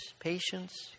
patience